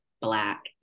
Black